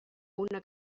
una